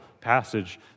passage